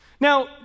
Now